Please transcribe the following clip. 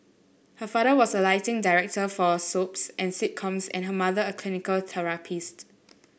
her father was a lighting director for soaps and sitcoms and her mother a clinical therapist